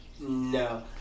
No